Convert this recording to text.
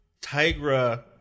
Tigra